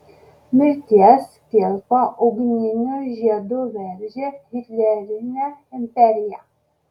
mirties kilpa ugniniu žiedu veržė hitlerinę imperiją